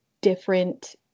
different